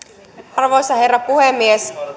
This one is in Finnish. arvoisa herra puhemies